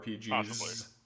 RPGs